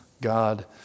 God